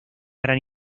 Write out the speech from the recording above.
gran